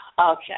Okay